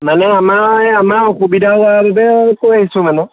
মানে আমাৰ এই আমাৰ অসুবিধা হোৱাৰ বাবেই কৈ আহিছোঁ মানে